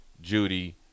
Judy